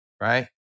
right